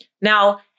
Now